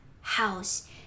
house